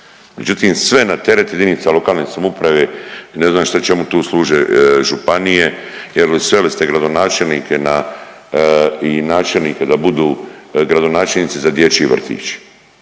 međutim sve na teret jedinica lokalne samouprave i ne znam čemu tu službe županije jer sveli ste gradonačelnike i načelnike da budu gradonačelnici za dječji vrtić